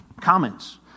comments